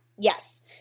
Yes